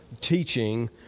teaching